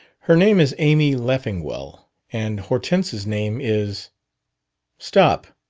her name is amy leffingwell and hortense's name is stop,